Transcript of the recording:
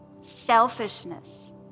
selfishness